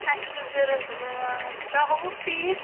اَسہِ چھِ ضروٗرت دَہ وُہ پیٖس